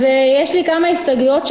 יש לי כמה הסתייגויות,